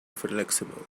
flexible